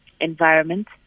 environment